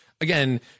again